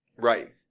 right